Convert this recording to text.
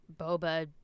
Boba